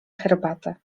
herbatę